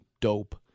dope